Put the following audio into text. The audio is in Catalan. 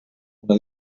una